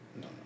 no